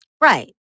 Right